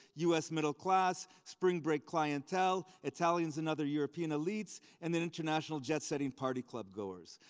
us middle class, spring break clientele, italians and other european elites, and the international jet-setting party club goers.